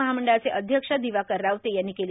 महामंडळाचे अध्यक्ष दिवाकर रावते यांनी केली